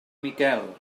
miquel